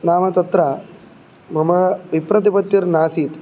नाम तत्र मम विप्रतिपत्तिर्नासीत्